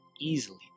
easily